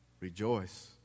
Rejoice